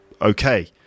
okay